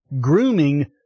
grooming